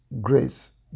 grace